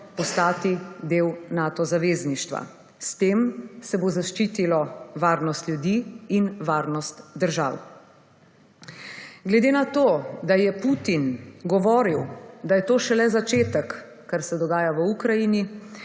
postati del Nato zavezništva. S tem se bo zaščitilo varnost ljudi in varnost držav. Glede na to, da je Putin govoril, da je to šele začetek, kar se dogaja v Ukrajini